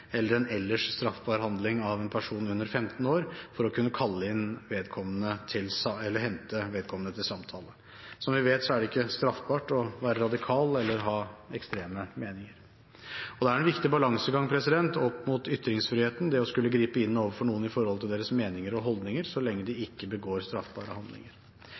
eller «en ellers straffbar handling» av en person under 15 år for å kunne kalle inn eller hente vedkommende til samtale. Som vi vet er det ikke straffbart å være radikal eller ha ekstreme meninger, og det er en viktig balansegang med ytringsfriheten å skulle gripe inn overfor noen når det gjelder deres meninger og holdninger så lenge de ikke begår straffbare handlinger.